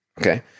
Okay